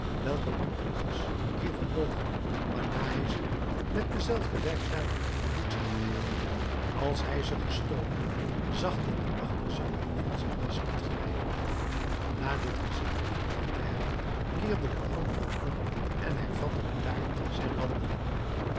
welke montparnasse even woog waarna hij ze met dezelfde werktuiglijke behoedzaamheid als had hij ze gestolen zacht in den achterzak van zijn jas liet glijden na dit gezegd en gedaan te hebben keerde de oude man om en hervatte bedaard zijn wandeling